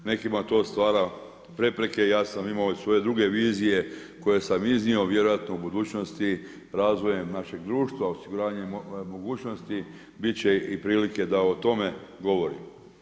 Nekima to stvara prepreke i ja sam imao od svoje druge vizije koju sam iznio, vjerojatno u budućnosti razvojem našeg društva, osiguranjem mogućnosti bit će i prilike da i o tome govorim.